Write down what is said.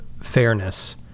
fairness